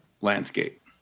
landscape